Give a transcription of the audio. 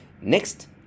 Next